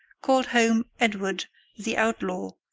called home edward the outlaw,